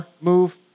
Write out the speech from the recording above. move